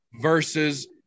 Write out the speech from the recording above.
versus